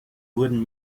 wurden